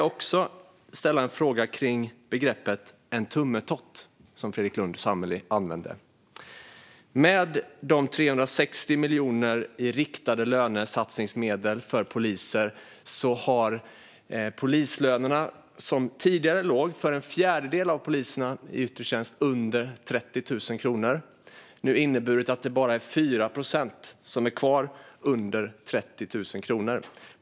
Jag vill ställa en fråga kring begreppet "en tummetott", som Fredrik Lundh Sammeli använde. Polislönerna låg tidigare under 30 000 kronor för en fjärdedel av poliserna i yttre tjänst. De 360 miljonerna i riktade lönesatsningsmedel för poliser har nu inneburit att det bara är 4 procent som är kvar under 30 000 kronor.